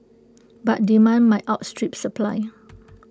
but demand might outstrip supply